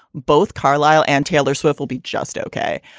both carlyle and taylor swift will be just ok.